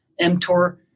mTOR